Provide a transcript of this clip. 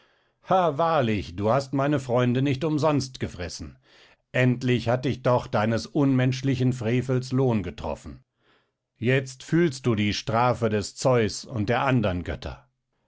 wahrlich du hast meine freunde nicht umsonst gefressen endlich hat dich doch deines unmenschlichen frevels lohn getroffen jetzt fühlst du die strafe des zeus und der andern götter